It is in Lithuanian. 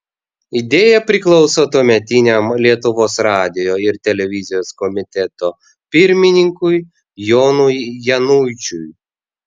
idėja priklauso tuometiniam lietuvos radijo ir televizijos komiteto pirmininkui jonui januičiui